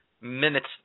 minutes